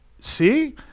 See